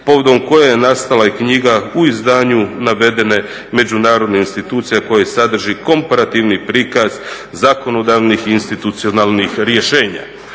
Povodom koje je nastala i knjiga u izdanju navedene međunarodne institucije koja sadrži komparativni prikaz zakonodavnih institucionalnih rješenja.